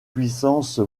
puissance